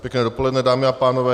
Pěkné dopoledne, dámy a pánové.